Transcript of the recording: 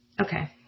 Okay